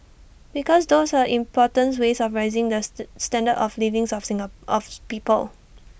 because those are importance ways of rising those the standard of livings of people